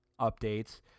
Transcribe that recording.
updates